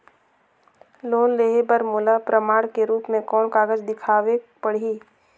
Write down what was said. Loan लेहे बर मोला प्रमाण के रूप में कोन कागज दिखावेक पड़ही?